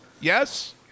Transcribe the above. Yes